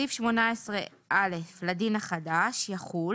תחולה 38. סעיף 18א לדין החדש יחול